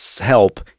help